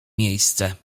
miejsce